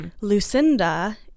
Lucinda